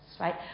right